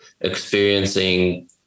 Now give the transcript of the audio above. experiencing